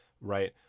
right